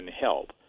help